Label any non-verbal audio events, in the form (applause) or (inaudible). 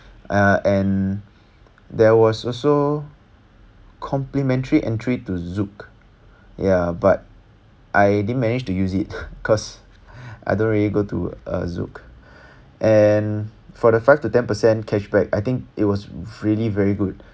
uh and there was also complimentary entry to zouk ya but I didn't manage to use it (laughs) cause I don't really go to uh zouk and for the five to ten percent cashback I think it was really very good